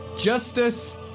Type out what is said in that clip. Justice